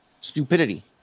stupidity